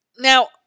Now